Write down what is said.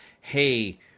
hey